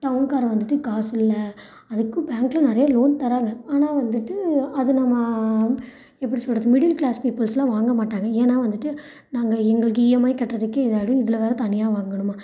டவுன்காரன் வந்துட்டு காசு இல்லை அதுக்கு பேங்கில் நிறையா லோன் தராங்க ஆனால் வந்துட்டு அது நம்ம எப்படி சொல்றது மிடில் கிளாஸ் பீப்புள்ஸ்லாம் வாங்க மாட்டாங்க ஏனால் வந்துட்டு நாங்கள் எங்களுக்கு ஈஎம்ஐ கட்டுறதுக்கே இதாகிடும் இதில் வேறு தனியாக வாங்கணுமா